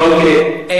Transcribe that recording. אוקיי.